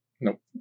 Nope